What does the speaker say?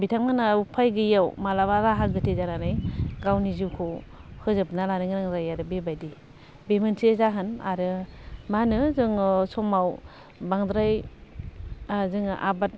बिथांमोना उफाय गैयैआव मालाबा राहा गोथे जानानै गावनि जिउखौ फोजोबना लानो गोनां जायो आरो बेबायदि बे मोनसे जाहोन आरो मा होनो जोङो समाव बांद्राय जोङो आबाद